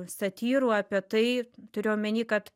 satyrų apie tai turiu omeny kad